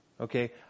okay